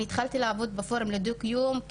אני התחלתי לעבוד בפורום לדו קיום,